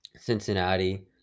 Cincinnati